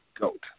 GOAT